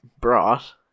brought